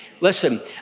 Listen